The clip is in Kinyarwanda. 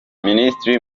minisitiri